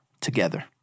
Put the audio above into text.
together